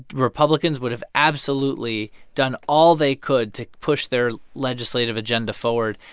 republicans would have absolutely done all they could to push their legislative agenda forward.